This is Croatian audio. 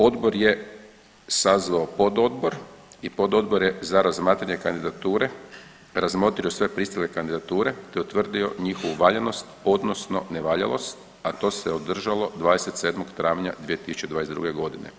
Odbor je sazvao pododbor i pododbor je za razmatranje kandidature razmotrio sve pristigle kandidature, te utvrdio njihovu valjanost, odnosno nevaljalost, a to se održalo 27. travnja 2022. godine.